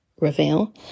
reveal